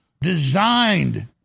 designed